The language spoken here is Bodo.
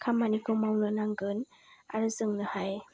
खामानिखौ मावनो नांगोन आरो जोंनोहाय